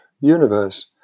universe